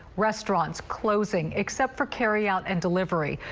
restaurants closing, except for carryout and delivery,